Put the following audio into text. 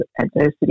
adversity